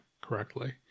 correctly